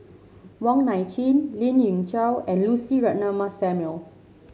Wong Nai Chin Lien Ying Chow and Lucy Ratnammah Samuel